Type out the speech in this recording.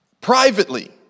Privately